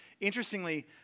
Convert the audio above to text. Interestingly